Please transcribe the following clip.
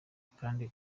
akandi